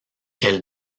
elle